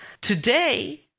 Today